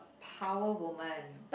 power woman